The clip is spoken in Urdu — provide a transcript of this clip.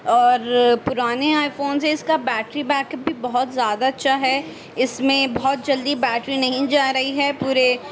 اور پرانے آئی فون سے اس کا بیٹری بیک اپ بھی بہت زیادہ اچھا ہے اس میں بہت جلدی بیٹری نہیں جا رہی ہے پورے